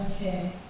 Okay